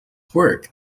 work